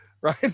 right